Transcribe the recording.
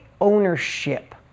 ownership